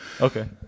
okay